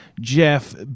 Jeff